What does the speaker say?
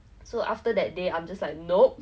and then I capsized and fell into the water